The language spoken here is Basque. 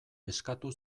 eskatu